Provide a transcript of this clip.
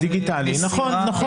הדיגיטלי, נכון.